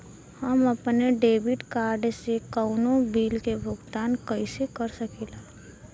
हम अपने debit card से कउनो बिल के भुगतान कइसे कर सकीला?